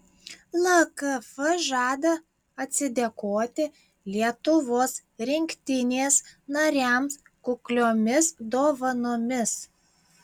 lkf žada atsidėkoti lietuvos rinktinės nariams kukliomis dovanomis